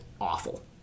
awful